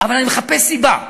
אבל אני מחפש סיבה.